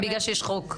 בגלל שיש חוק.